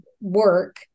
work